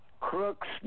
crooks